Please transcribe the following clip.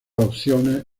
opciones